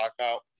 lockout